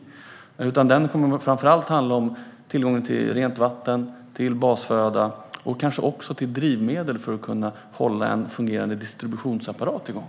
Den konsumtionen handlar framför allt om tillgång till rent vatten och basföda och kanske också om tillgången till drivmedel för att kunna hålla en fungerande distributionsapparat igång.